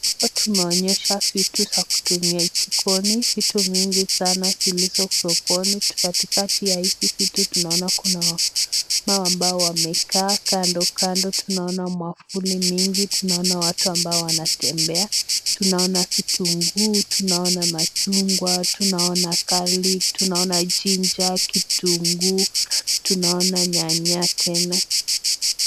Hapa tumeonyesha vitu za kutumia jikoni, vitu mingi sana zilizo sokoni. Katikati ya hizi vitu tuanona kuna wamama ambao wamekaa kando kando ,tunaona mwamvuli mingi, tunaona watu ambao wanatembea, tunaona vitunguu, tunaona machungwa ,tunaona garlic ,tunaona ginger ,kitunguu, tunaona nyanya tena.